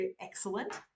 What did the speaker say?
excellent